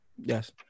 Yes